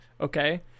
okay